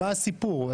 מה הסיפור?